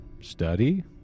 study